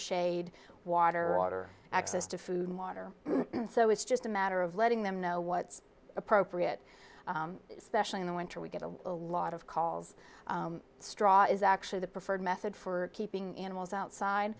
shade water order access to food and water so it's just a matter of letting them know what's appropriate specially in the winter we get a lot of calls straw is actually the preferred method for keeping animals outside